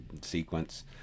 sequence